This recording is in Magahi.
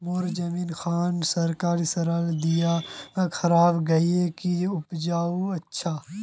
मोर जमीन खान सरकारी सरला दीया खराब है गहिये की उपाय अच्छा?